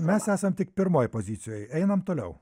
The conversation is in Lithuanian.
mes esam tik pirmoj pozicijoj einam toliau